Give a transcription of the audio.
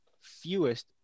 fewest